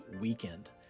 weekend